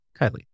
Kylie